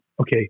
Okay